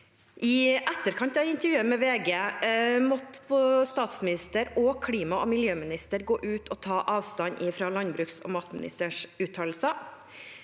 I etterkant av intervjuet med VG måtte både statsministeren og klima- og miljøministeren gå ut og ta avstand fra landbruks- og matministerens uttalelser.